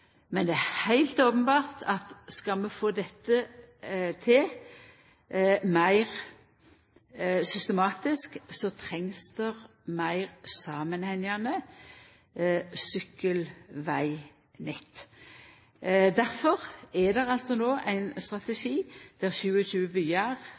men det er heilt openbert at skal vi få dette til meir systematisk, trengst det meir samanhengande sykkelvegnett. Difor er det no ein